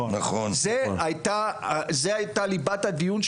זו היתה ליבת הדיון,